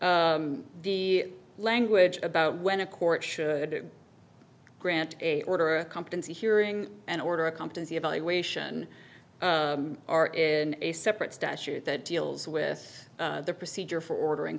the language about when a court should grant a order a competency hearing an order a competency evaluation are in a separate statute that deals with the procedure for ordering